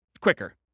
quicker